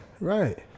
right